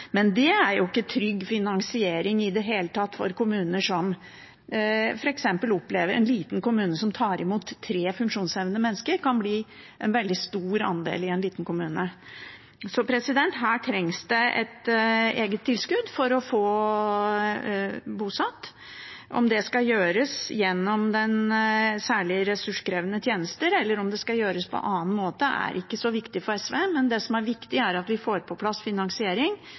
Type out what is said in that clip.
men det er jo ikke noen trygg finansiering i det hele tatt. For eksempel kan tre funksjonshemmede mennesker bli en veldig stor andel i en liten kommune, så her trengs det et eget tilskudd for å få bosatt. Om det skal gjøres gjennom ordningen for særlig ressurskrevende tjenester, eller om det skal gjøres på annen måte, er ikke så viktig for SV. Det som er viktig, er at vi får på plass en finansiering,